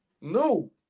no